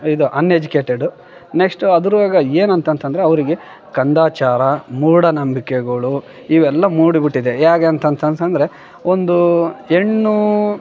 ಇದು uneducated next ಅದ್ರಾಗೆ ಏನು ಅಂತಂತಂದರೆ ಅವರಿಗೆ ಕಂದಾಚಾರ ಮೂಢ ನಂಬಿಕೆಗಳು ಇವೆಲ್ಲ ಮೂಡಿ ಬಿಟ್ಟಿದೆ ಹೇಗೆ ಅಂತಂತಂದರೆ ಒಂದು ಹೆಣ್ಣೂ